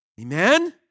Amen